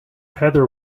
heather